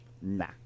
Nah